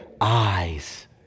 eyes